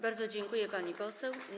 Bardzo dziękuję, pani poseł.